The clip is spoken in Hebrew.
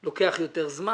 כל זה לוקח יותר זמן.